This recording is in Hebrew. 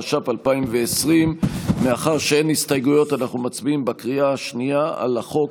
התש"ף 2020. מאחר שאין הסתייגויות אנחנו מצביעים בקריאה השנייה על החוק,